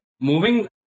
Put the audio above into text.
moving